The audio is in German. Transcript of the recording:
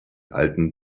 alten